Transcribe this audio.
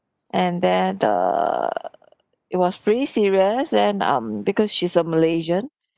and then err it was pretty serious then um because she's a malaysian